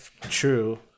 true